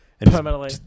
Permanently